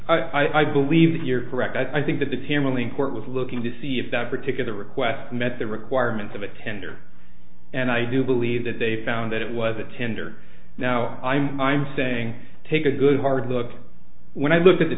y i believe that you're correct that i think that the family court was looking to see if that particular request met the requirements of a tender and i do believe that they found that it was a tender now i'm i'm saying take a good hard look when i look at the